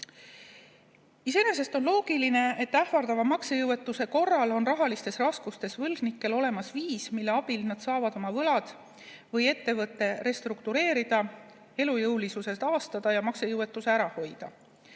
Iseenesest on loogiline, et ähvardava maksejõuetuse korral on rahalistes raskustes võlgnikel olemas viis, mille abil nad saavad oma võlad või ettevõtte restruktureerida, elujõulisuse taastada ja maksejõuetuse ära hoida.